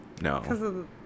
no